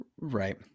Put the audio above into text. Right